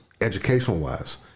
educational-wise